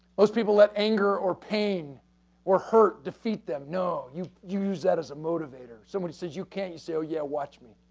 most people let anger or pain or hurt defeat them no you use that as a motivator. somebody says you can't, you say so yeah watch me.